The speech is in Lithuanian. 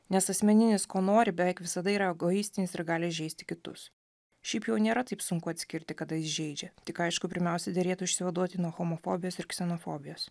nes asmeninis ko nori beveik visada yra egoistinis ir gali įžeisti kitus šiaip jau nėra taip sunku atskirti kada jis žeidžia tik aišku pirmiausia derėtų išsivaduoti nuo homofobijos ir ksenofobijos